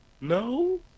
No